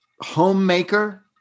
homemaker